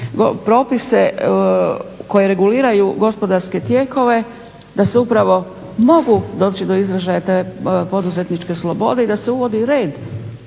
propise koji reguliraju gospodarske tijekove da se upravo mogu doći do izražaja te poduzetničke slobode i da se uvodi red